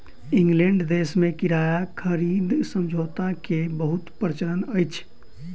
England देश में किराया खरीद समझौता के बहुत प्रचलन अछि